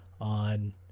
on